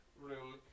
room